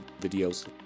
videos